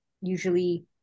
usually